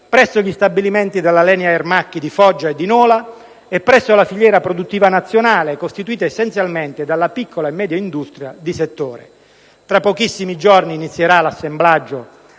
presso gli stabilimenti della Alenia Aermacchi di Foggia e di Nola e presso la filiera produttiva nazionale, costituita essenzialmente dalla piccola e media industria di settore. Tra pochissimi giorni inizierà l'assemblaggio